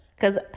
Cause